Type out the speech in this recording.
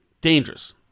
dangerous